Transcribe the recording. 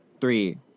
three